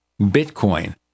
Bitcoin